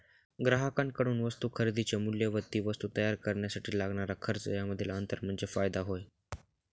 ग्राहकांकडून वस्तू खरेदीचे मूल्य व ती वस्तू तयार करण्यासाठी लागणारा खर्च यामधील अंतर म्हणजे फायदा होय